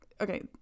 okay